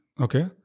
Okay